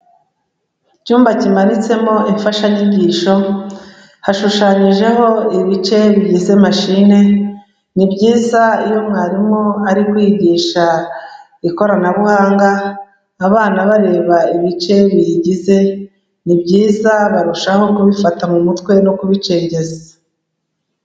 Icyumba kimanitsemo imfashanyigisho, hashushanyijeho ibice bigize mashine, ni byiza iyo umwarimu ari kwigisha ikoranabuhanga abana bareba ibice biyigize, ni byiza barushaho kubifata mu mutwe no kubicengeza.